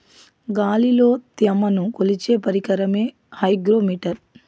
గాలిలో త్యమను కొలిచే పరికరమే హైగ్రో మిటర్